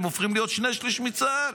הם הופכים להיות שני שלישים מצה"ל.